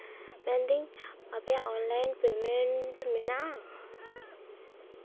ᱢᱮᱱᱫᱟᱹᱧ ᱟᱯᱮᱭᱟᱜ online payment ᱢᱮᱱᱟᱜᱼᱟ